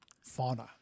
Fauna